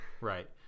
Right